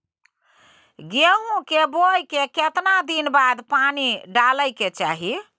गेहूं के बोय के केतना दिन बाद पानी डालय के चाही?